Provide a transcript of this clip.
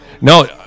no